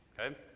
Okay